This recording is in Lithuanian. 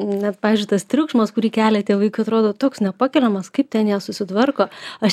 net pavyzdžiui tas triukšmas kurį kelia tie vaikai atrodo toks nepakeliamas kaip ten jie susitvarko aš